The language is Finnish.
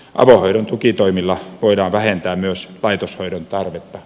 avohoidon tukitoimilla voidaan vähentää myös laitoshoidon tarvetta